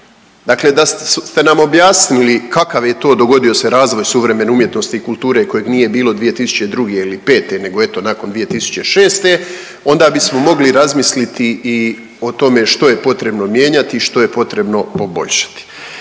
Dakle da ste nam objasnili kakav je to dogodio se razvoj suvremene umjetnosti i kulture kojeg nije bilo 2002. ili '05., nego eto, nakon 2006., onda bismo mogli razmisliti i o tome što je potrebno mijenjati i što je potrebno poboljšati.